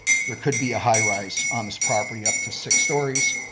there could be a high-rise on this property, up to six stories,